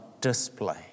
display